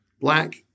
black